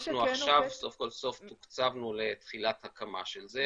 אנחנו עכשיו סוף כל סוף תוקצבנו לתחילת הקמה של זה,